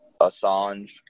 Assange